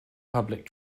public